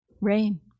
rain